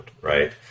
right